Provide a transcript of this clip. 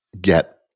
get